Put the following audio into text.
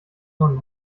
von